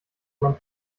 man